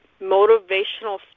motivational